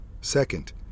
Second